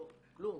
כלום.